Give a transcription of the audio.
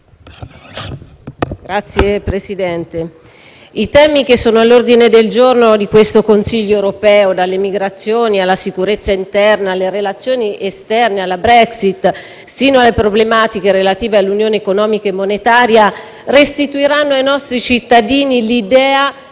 Signor Presidente, i temi all'ordine del giorno del Consiglio europeo, dalle migrazioni alla sicurezza interna, alle relazioni esterne, alla Brexit, sino alle problematiche relative all'unione economica e monetaria, restituiranno ai nostri cittadini l'idea